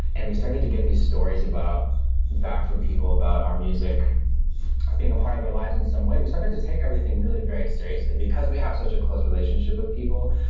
and we started to get these stories back from people about our music being a part of their lives in some way, we started to take everything really very seriously. because we have such a close relationship with people,